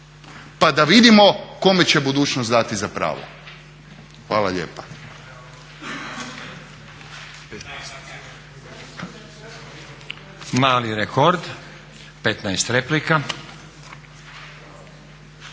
pa da vidimo kome će budućnost dati za pravo. Hvala lijepa.